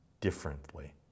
differently